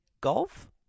golf